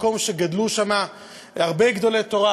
מקום שגדלו שם הרבה גדולי תורה,